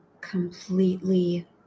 completely